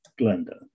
Glenda